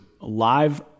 live